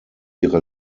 ihre